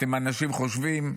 אתם אנשים חושבים,